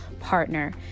partner